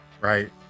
Right